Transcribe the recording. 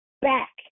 back